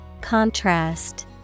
Contrast